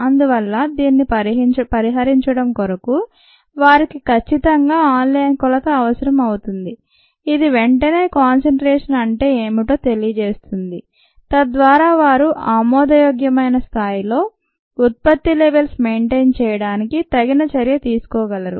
అందువల్ల దీనిని పరిహరించడం కొరకు వారికి ఖచ్చితంగా ఆన్ లైన్ కొలత అవసరం అవుతుంది ఇది వెంటనే కాన్సెన్ట్రేషన్ అంటే ఏమిటో తెలియజేస్తుంది తద్వారా వారు ఆమోదయోగ్యమైన స్థాయిల్లో ఉత్పత్తి లెవల్స్ మెయింటైన్ చేయడానికి తగిన చర్యతీసుకోగలరు